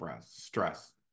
stress